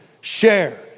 SHARE